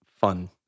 fun